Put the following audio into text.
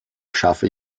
schaffe